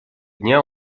дня